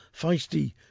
feisty